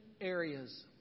areas